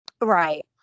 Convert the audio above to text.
Right